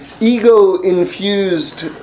ego-infused